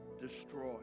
destroy